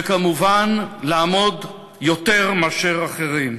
וכמובן לעמוד בהם יותר מאשר אחרים.